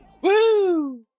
Woo